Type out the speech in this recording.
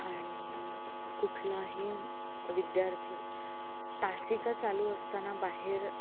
आणि कुठलाही विद्यार्थी तासिका चालू असताना बाहेर